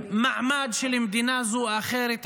למעמד של מדינה זו או אחרת,